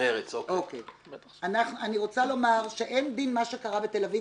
אני רוצה לומר שאין דין מה שקרה בתל אביב